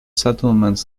settlements